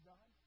God